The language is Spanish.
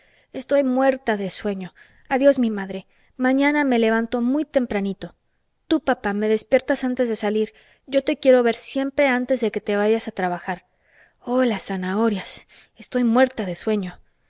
estoy muerta de sueño adiós mi madre mañana me levanto muy tempranito tú papá me despiertas antes de salir yo te quiero ver siempre antes de que te vayas a trabajar oh las zanahorias estoy muerta de sueño